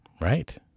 right